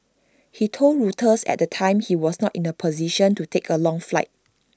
he told Reuters at the time he was not in A position to take A long flight